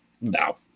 No